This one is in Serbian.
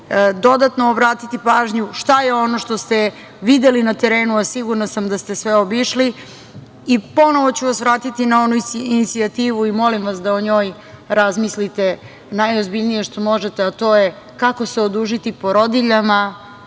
dodatno obratiti pažnju šta je ono što ste videli na terenu, a sigurna sam da ste sve obišli. Ponovo ću vas vratiti na onu inicijativu i molim vas da o njoj razmislite najozbiljnije što možete, a to je kako se odužiti porodiljama